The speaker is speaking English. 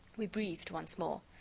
we breathed once more.